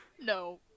No